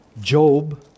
Job